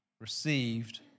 received